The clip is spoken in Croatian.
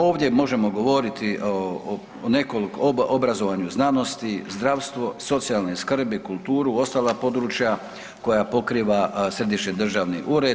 Ovdje možemo govoriti o nekoliko, obrazovanju, znanosti, zdravstvo, socijalne skrbi, kulturu, ostala područja koja pokriva Središnji državni ured.